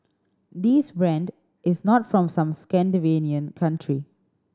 this brand is not from some Scandinavian country